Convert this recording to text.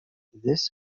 this